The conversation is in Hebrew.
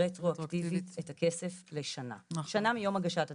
רטרואקטיבית את הכסף לשנה, שנה מיום הגשת התביעה.